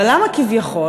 אבל למה "כביכול"?